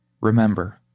Remember